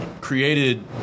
created